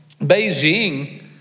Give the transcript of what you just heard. Beijing